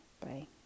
Bye